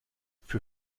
für